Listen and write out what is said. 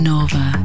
Nova